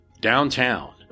downtown